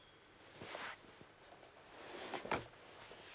okay